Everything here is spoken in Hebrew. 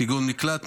כגון מקלט,